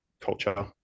culture